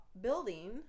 building